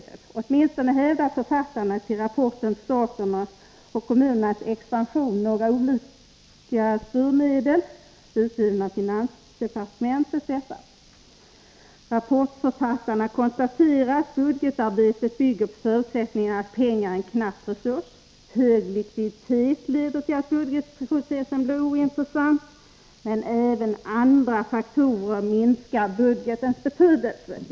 Det hävdar åtminstone författarna till rapporten Statens och mentet. Rapportförfattarna konstaterar att budgetarbetet bygger på förut Måndagen den sättningen att pengar är en knapp resurs. Hög likviditet leder till att 7 november 1983 budgetprocessen blir ointressant. Men även andra faktorer minskar budge tens betydelse.